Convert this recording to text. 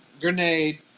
Grenade